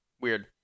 Weird